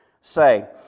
say